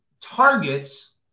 targets